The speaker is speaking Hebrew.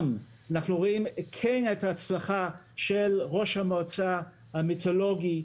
אנחנו גם כן רואים את ההצלחה של ראש המועצה המיתולוגי,